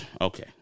Okay